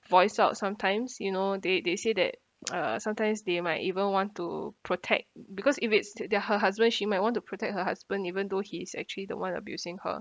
voice out sometimes you know they they say that uh sometimes they might even want to protect because if it's the her husband she might want to protect her husband even though he's actually the one abusing her